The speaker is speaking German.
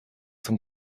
zum